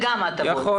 גם מי שמתנדב במד"א